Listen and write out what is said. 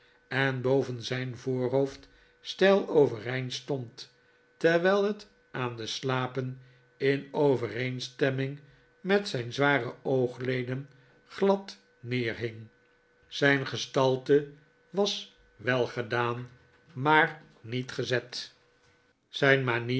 en boven zijn voorhoofd steil overeind stond terwijl het aan de slapen in overeenstemming met zijn zware oogleden glad neerhing zijn gestalte was welgedaan maar niet gezet zijn manieren